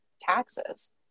taxes